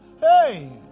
Hey